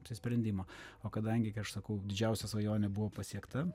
apsisprendimo o kadangi kai aš sakau didžiausia svajonė buvo pasiekta